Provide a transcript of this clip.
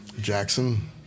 Jackson